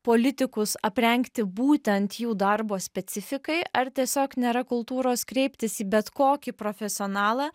politikus aprengti būtent jų darbo specifikai ar tiesiog nėra kultūros kreiptis į bet kokį profesionalą